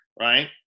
right